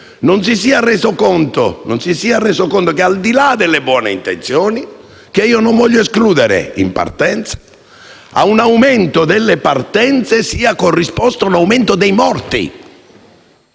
ci si sia resi conto che, al di là delle buone intenzioni (che io non voglio escludere in partenza) a tale aumento sia corrisposto un aumento dei morti.